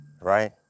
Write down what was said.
right